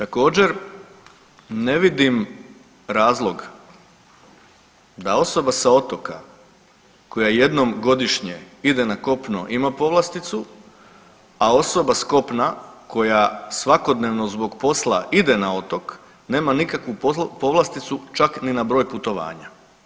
Također, ne vidim razlog da osoba sa otoka koja jednom godišnje ide na kopno ima povlasticu, a osoba s kopna koja svakodnevno zbog posla ide na otok nema nikakvu povlasticu čak ni na broj putovanja.